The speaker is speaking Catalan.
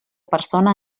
persona